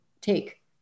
take